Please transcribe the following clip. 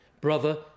Brother